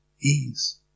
ease